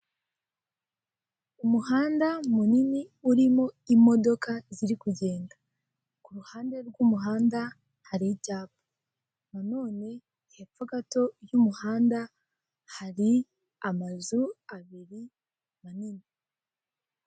Umuhanda munini urimo imodoka ziri kugenda ku ruhande rw'umuhanda hari icyapa, nanone hepfo gato y'umuhanda hari amazu abiri manini.